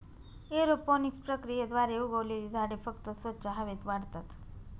aeroponics प्रक्रियेद्वारे उगवलेली झाडे फक्त स्वच्छ हवेत वाढतात